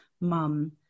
mum